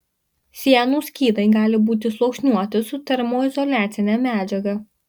sienų skydai gali būti sluoksniuoti su termoizoliacine medžiaga